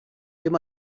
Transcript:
dim